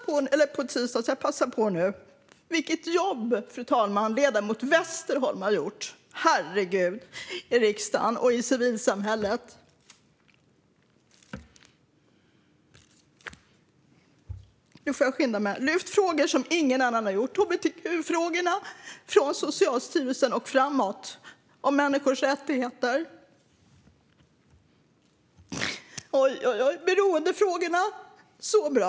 Fru talman! Jag blir lite rörd, Barbro. : Jag med.) Dig, Barbro, har jag hört talas om sedan 1970-talet. Vi kanske inte har någon debatt på tisdag, så jag passar på att tala nu. Fru talman! Vilket jobb ledamoten Westerholm har gjort i riksdagen och i civilsamhället! Herregud! Hon har lyft frågor som ingen annan har gjort. Hon har lyft hbtq-frågorna ända från sin tid i Socialstyrelsen och framåt. Det har handlat om människors rättigheter. Hon har lyft beroendefrågorna så bra.